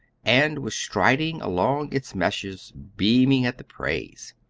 and was striding along its meshes, beaming at the praise.